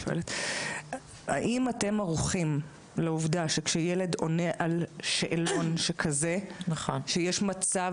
האם אתם ערוכים לעובדה שכשילד עונה על שאלון שכזה שיש מצב